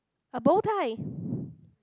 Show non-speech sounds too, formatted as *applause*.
a bow tie *breath*